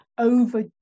over